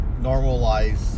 normalize